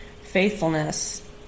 faithfulness